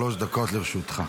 שלוש דקות לרשותך.